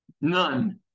None